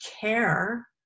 care